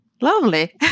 lovely